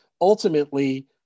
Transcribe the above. ultimately